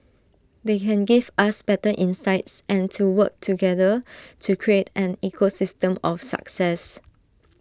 they can give us better insights and to work together to create an ecosystem of success